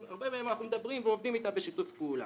עם הרבה מהם אנחנו עובדים בשיתוף פעולה.